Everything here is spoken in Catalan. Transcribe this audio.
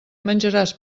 menjaràs